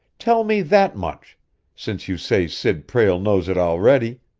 tell me that much since you say sid prale knows it already.